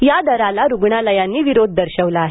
या दराला रुग्णालयांनी विरोध दर्शवला आहे